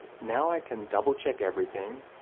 now i can double-check everything,